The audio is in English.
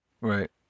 Right